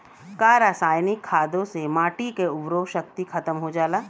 का रसायनिक खादों से माटी क उर्वरा शक्ति खतम हो जाला?